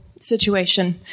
situation